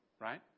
Right